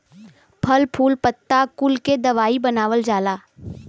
फल फूल पत्ता कुल के दवाई बनावल जाला